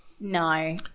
no